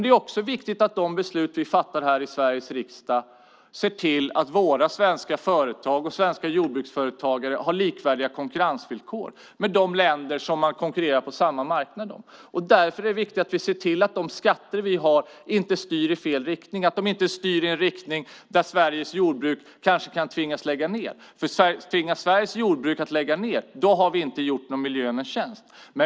Det är viktigt att vi med de beslut som vi fattar här i Sveriges riksdag ser till att våra svenska företag och jordbruksföretagare har likvärdiga konkurrensvillkor som de som gäller i de länder som konkurrerar på samma marknad. Det är viktigt att vi ser till att de skatter vi har inte styr i fel riktning och i en riktning där Sveriges jordbruk kanske kan tvingas lägga ned. Tvingas Sveriges jordbruk lägga ned har vi inte gjort miljön någon tjänst.